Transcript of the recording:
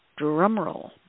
drumroll